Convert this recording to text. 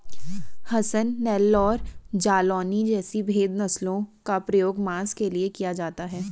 हसन, नेल्लौर, जालौनी जैसी भेद नस्लों का प्रयोग मांस के लिए किया जाता है